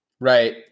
Right